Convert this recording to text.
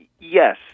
Yes